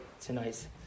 tonight